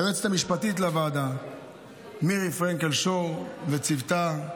ליועצת המשפטית לוועדה מירי פרנקל שור וצוותה,